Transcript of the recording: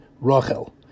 Rachel